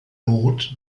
not